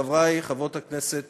חברי חברות הכנסת,